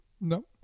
No